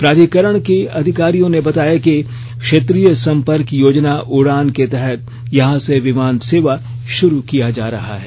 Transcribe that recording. प्राधिकरण कि अधिकारियों ने बताया कि क्षेत्रीय संपर्क योजना उड़ान के तहत यहां से विमान सेवा शुरू किया जा रहा है